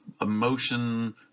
emotion